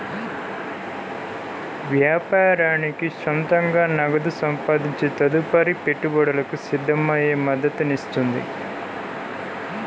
వ్యాపారానికి సొంతంగా నగదు సంపాదించే తదుపరి పెట్టుబడులకు సిద్ధమయ్యే మద్దతునిస్తుంది